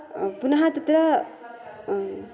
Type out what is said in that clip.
पुनः तत्र